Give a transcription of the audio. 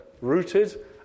Rooted